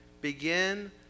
Begin